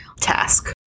task